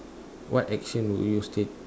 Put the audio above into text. what action would your stat~